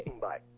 Bye